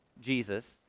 Jesus